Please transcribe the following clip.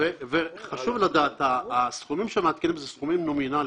חשוב לדעת שהסכומים שמעדכנים זה סכומים נומינליים,